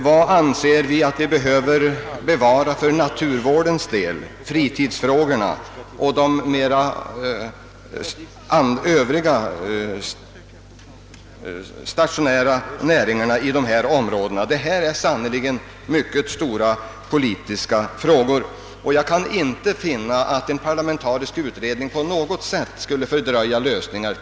Vad behöver bevaras för naturvården och friluftslivet — detta även med tanke på de övriga stationära näringarna i dessa områden? Detta är sannerligen mycket stora politiska frågor och jag kan inte finna att en parlamentarisk utredning på något sätt skulle fördröja lösningarna.